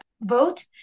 vote